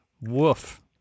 Woof